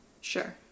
Sure